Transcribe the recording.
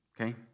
okay